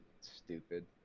stupid